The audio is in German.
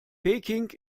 peking